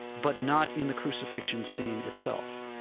but not in the crucifixion scene itself.